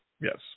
Yes